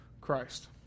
Christ